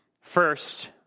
First